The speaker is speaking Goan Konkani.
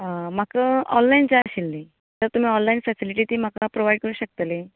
आं म्हाका ओनलायन जाय आशिल्ली कांय तुमी ओनलायन फेसिलीटी ती म्हाका प्रोवायड करूंक शकतली